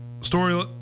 story